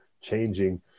changing